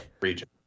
region